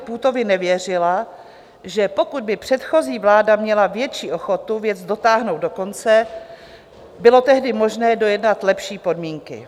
Půtovi nevěřila, že pokud by předchozí vláda měla větší ochotu věc dotáhnout do konce, bylo tehdy možné dojednat lepší podmínky.